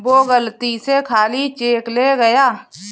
वो गलती से खाली चेक ले गया